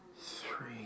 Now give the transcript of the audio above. three